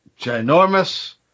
ginormous